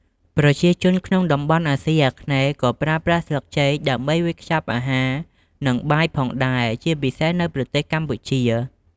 ប្រជាជនក្នុងតំបន់អាស៊ីអាគ្នេយ៍ ក៏ប្រើប្រាស់ស្លឹកចេកដើម្បីវេចខ្ចប់អាហារ និងបាយផងដែរជាពិសេសនៅប្រទេសកម្ពុជា។